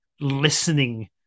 listening